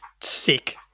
sick